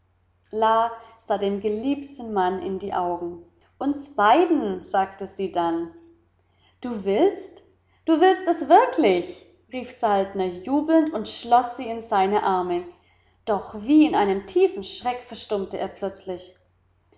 sah dem geliebten mann in die augen uns beiden sagte sie dann du willst du willst es wirklich rief saltner jubelnd und schloß sie in seine arme doch wie in einem tiefen schreck verstummte er plötzlich